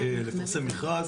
לפרסם מכרז,